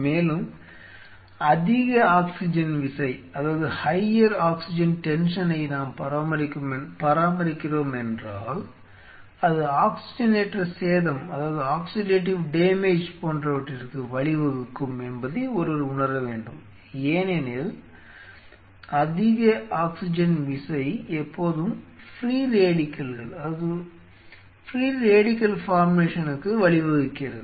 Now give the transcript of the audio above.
மேலும் அதிக ஆக்ஸிஜன் விசையை நாம் பராமரிக்கிறோமென்றால் அது ஆக்ஸிஜனேற்ற சேதம் போன்றவற்றிற்கு வழிவகுக்கும் என்பதை ஒருவர் உணர வேண்டும் ஏனெனில் அதிக ஆக்ஸிஜன் விசை எப்போதும் ஃப்ரீ ரேடிக்கல்கள் உருவாக்கத்திற்கு வழிவகுக்கிறது